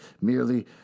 merely